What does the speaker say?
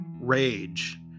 rage